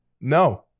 no